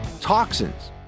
toxins